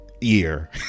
year